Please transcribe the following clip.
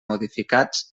modificats